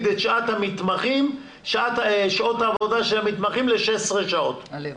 את שעות העבודה של המתמחים ל-16 שעות.